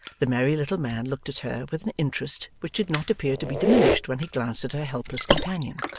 the merry little man looked at her with an interest which did not appear to be diminished when he glanced at her helpless companion.